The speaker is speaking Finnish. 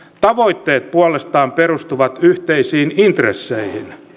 tavoitteet puolestaan perustuvat yhteisiin intresseihin